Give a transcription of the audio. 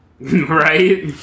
Right